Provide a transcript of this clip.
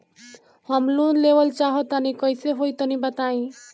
हम लोन लेवल चाह तनि कइसे होई तानि बताईं?